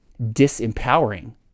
disempowering